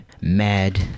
mad